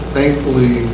Thankfully